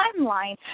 timeline